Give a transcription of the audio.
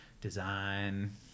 design